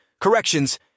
corrections